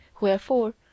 Wherefore